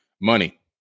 money